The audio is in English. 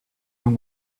and